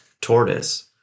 tortoise